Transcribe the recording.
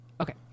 Okay